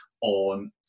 on